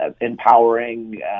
empowering